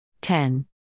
Ten